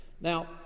Now